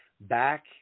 Back